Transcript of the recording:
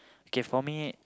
K for me